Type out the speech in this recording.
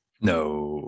No